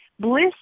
Bliss